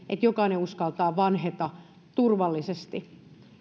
että jokainen uskaltaa vanheta turvallisesti